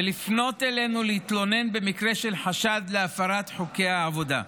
ולפנות אלינו להתלונן במקרה של חשד להפרת חוקי העבודה.